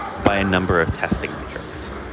by a number of testing metrics,